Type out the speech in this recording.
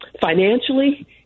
Financially